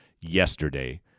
yesterday